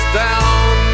down